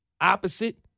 opposite